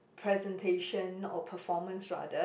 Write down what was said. presentation or performance rather